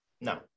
No